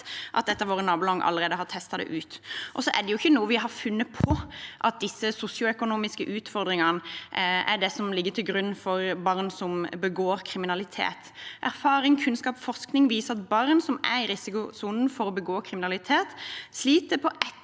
at ett av våre naboland allerede har testet det ut. Det er ikke noe vi har funnet på, det med at disse sosioøkonomiske utfordringene ligger til grunn for barn som begår kriminalitet. Erfaring, kunnskap og forskning viser at barn som er i risikosonen for å begå kriminalitet, sliter på ett eller